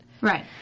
right